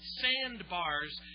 sandbars